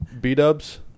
b-dubs